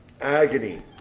agony